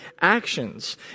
actions